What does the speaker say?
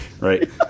Right